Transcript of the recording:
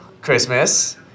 Christmas